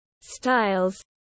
styles